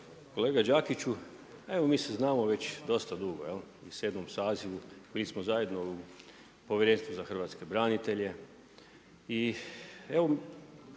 Kolega Đakiću, evo mi se znam već dosta dugo u 7. sazivu, mi smo zajedno u Povjerenstvu za hrvatske branitelje i čuo